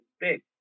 big